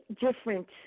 different